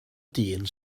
dyn